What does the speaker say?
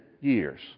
years